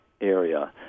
area